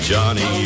Johnny